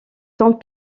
tant